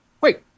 wait